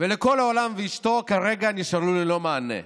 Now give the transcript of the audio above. ולכל העולם ואשתו כרגע נשארו ללא מענה.